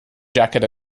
jacket